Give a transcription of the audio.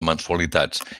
mensualitats